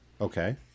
Okay